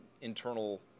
internal